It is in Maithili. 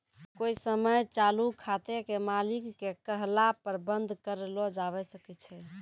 कोइ समय चालू खाते के मालिक के कहला पर बन्द कर लो जावै सकै छै